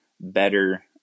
better